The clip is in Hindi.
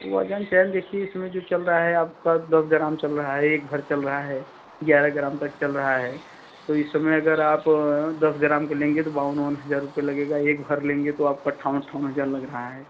वज़न चैन देखिए इसमें जो चल रहा है आपका दस ग्राम तक चल रहा है एक घर चल रहा है ग्यारह ग्राम तक चल रहा है तो इस समय अगर आप दस ग्राम का लेंगे तो बावन वावन हज़ार रुपये लगेगा एक भर लेंगे तो आपको अट्ठावन अट्ठावन हज़ार लग रहा है